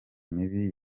mibi